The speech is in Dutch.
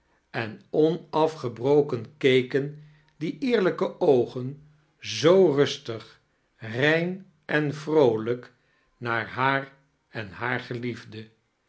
en onafgebroken keken due eerlijfee oogen zoo rustig reiii en vroolijk naar haar en haar geliefde